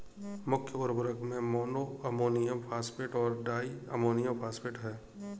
मुख्य उर्वरक में मोनो अमोनियम फॉस्फेट और डाई अमोनियम फॉस्फेट हैं